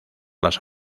las